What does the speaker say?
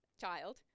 child